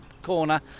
corner